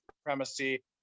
supremacy